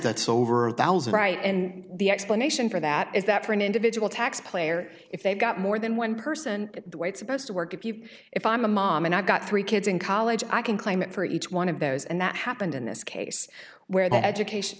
that's over a thousand right and the explanation for that is that for an individual tax player if they've got more than one person the way it's supposed to work if you if i'm a mom and i've got three kids in college i can claim that for each one of those and that happened in this case where the education